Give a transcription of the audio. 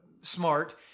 smart